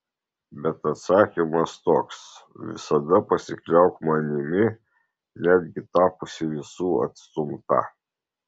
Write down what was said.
bet atsakymas toks visada pasikliauk manimi netgi tapusi visų atstumta